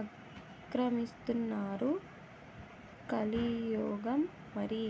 ఆక్రమిస్తున్నారు కలియుగం మరి